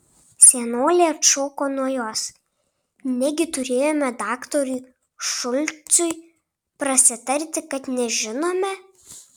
senolė atšoko nuo jos negi turėjome daktarui šulcui prasitarti kad nežinome